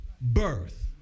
birth